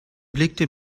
blickte